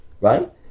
right